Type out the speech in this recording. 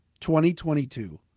2022